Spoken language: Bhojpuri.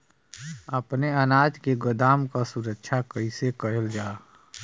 अपने अनाज के गोदाम क सुरक्षा कइसे करल जा?